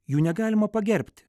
jų negalima pagerbti